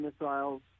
missiles